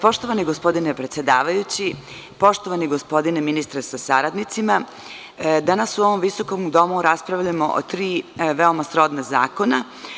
Poštovani gospodine predsedavajući, poštovani gospodine ministre sa saradnicima, danas u ovom visokom domu raspravljamo o tri veoma srodna zakona.